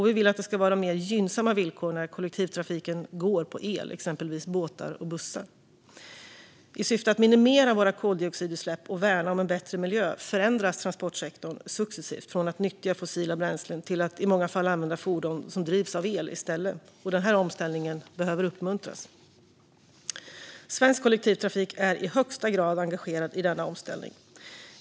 Vi vill att det ska vara mer gynnsamma villkor när kollektivtrafiken går på el, exempelvis båtar och bussar. I syfte att minimera våra koldioxidutsläpp och värna om en bättre miljö förändras transportsektorn successivt från att nyttja fossila bränslen till att i många fall använda fordon som drivs av el i stället. Denna omställning behöver uppmuntras. Svensk kollektivtrafik är i högsta grad engagerad i denna omställning.